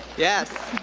yes.